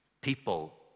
people